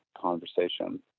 conversation